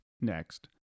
next